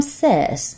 says